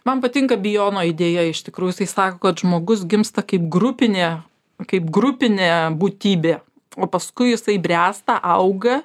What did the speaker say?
man patinka bijono idėja iš tikrųjų jisai sako kad žmogus gimsta kaip grupinė kaip grupinė būtybė o paskui jisai bręsta auga